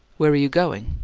where are you going?